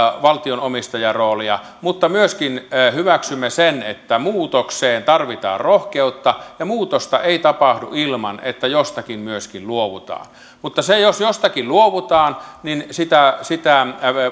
valtion omistajaroolia mutta myöskin hyväksymme sen että muutokseen tarvitaan rohkeutta ja muutosta ei tapahdu ilman että jostakin myöskin luovutaan mutta jos jostakin luovutaan niin sitä sitä